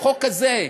לחוק הזה,